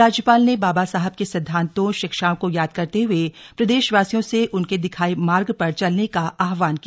राज्यपाल ने बाबा साहब के सिद्धांतों शिक्षाओं को याद करते हए प्रदेश वासियों से उनके दिखाए मार्ग पर चलने का आहवान किया